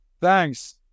Thanks